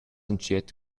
entschiet